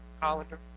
colander